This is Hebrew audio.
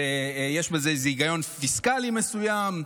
יש בזה איזה היגיון פיסקלי מסוים.